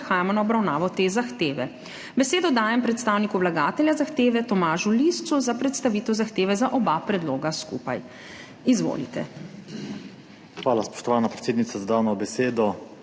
Hvala, spoštovana predsednica, za dano besedo.